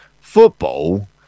Football